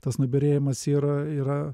tas nubyrėjimas yra yra